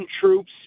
troops